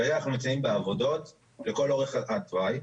כרגע אנחנו נמצאים בעבודות לכל אורך התוואי,